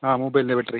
ആ മൊബൈലിൻ്റെ ബാറ്ററി